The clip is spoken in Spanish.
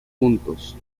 juntos